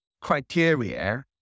criteria